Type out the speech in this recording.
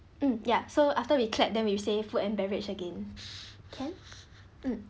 mm ya so after we clap then you say food and beverage again can mm